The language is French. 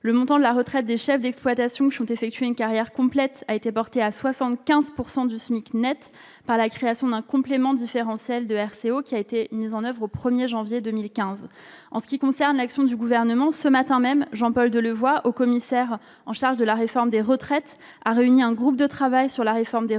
Le montant de la retraite des chefs d'exploitation ayant effectué une carrière complète a été porté à 75 % du SMIC net par la création d'un complément différentiel de RCO mis en oeuvre au 1 janvier 2015. S'agissant de l'action du Gouvernement, sachez que, ce matin même, Jean-Paul Delevoye, haut-commissaire chargé de la réforme des retraites, a réuni un groupe de travail sur la réforme des retraites,